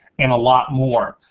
and a lot more.